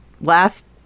last